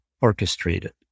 orchestrated